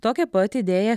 tokią pat idėją